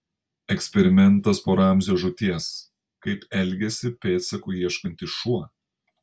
eksperimentas po ramzio žūties kaip elgiasi pėdsakų ieškantis šuo